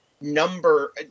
number